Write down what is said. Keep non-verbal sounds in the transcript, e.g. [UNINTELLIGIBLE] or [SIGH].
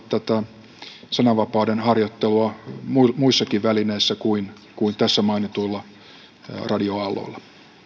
[UNINTELLIGIBLE] tätä sananvapauden harjoitteluahan voi sitten harjoittaa muissakin välineissä kuin kuin tässä mainituilla radioaalloilla